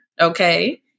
okay